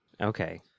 Okay